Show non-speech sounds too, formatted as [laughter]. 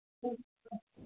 [unintelligible]